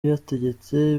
yategetse